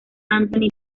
anthony